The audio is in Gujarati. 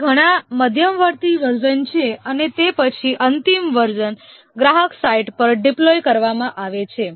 ત્યાં ઘણા મધ્યવર્તી વર્ઝન છે અને તે પછી અંતિમ વર્ઝન ગ્રાહક સાઇટ પર ડિપ્લોય કરવામાં આવે છે